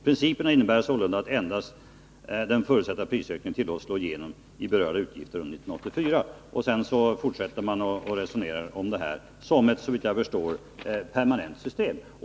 Principerna innebär sålunda att endast den förutsatta prisökningen tillåts slå igenom i berörda utgifter under 1984.” Härefter fortsätter man att resonera om detta som ett — såvitt jag förstår — permanent system.